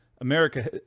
America